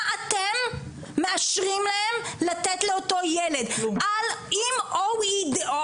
מה אתם מאשרים להם לתת לאותו ילד עם ODD?